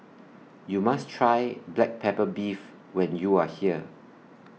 YOU must Try Black Pepper Beef when YOU Are here